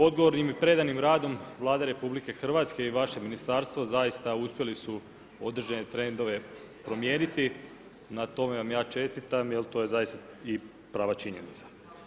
Odgovornim i predanim radom Vlada RH i vaše ministarstvo zaista uspjeli su određene trendove promijeniti, na tome vam ja čestitam jer to je zaista i prava činjenica.